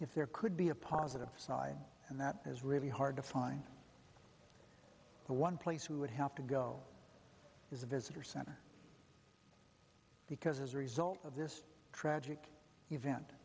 if there could be a positive side and that is really hard to find the one place we would have to go is a visitor center because as a result of this tragic event